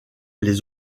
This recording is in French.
les